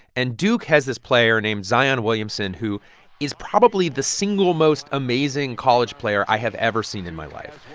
and duke has this player named zion williamson, who is probably the single most amazing college player i have ever seen in my life.